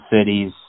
cities